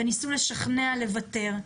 וניסו לשכנע אותי לוותר,